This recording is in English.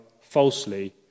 falsely